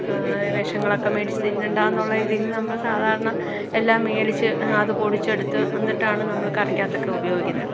വിഷങ്ങളൊക്കെ മേടിച്ചു തിന്നണ്ടായെന്നുള്ള ഇതിൽ നമ്മൾ സാധാരണ എല്ലാം മേടിച്ച് അത് പൊടിച്ചെടുത്ത് അന്നിട്ടാണ് നമ്മൾ കറിക്കകത്തൊക്കെ ഉപയോഗിക്കുന്നത്